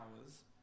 hours